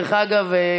אגב,